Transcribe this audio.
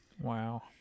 Wow